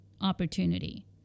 opportunity